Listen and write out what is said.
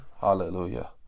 Hallelujah